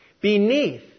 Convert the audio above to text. Beneath